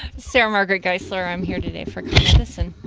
sarah margaret guys ler um here today for